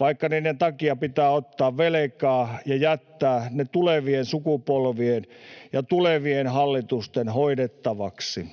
vaikka niiden takia pitää ottaa velkaa ja jättää ne tulevien sukupolvien ja tulevien hallitusten hoidettavaksi.